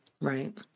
right